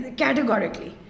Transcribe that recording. categorically